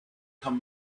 come